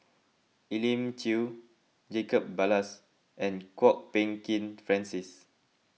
Elim Chew Jacob Ballas and Kwok Peng Kin Francis